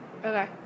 okay